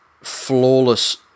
flawless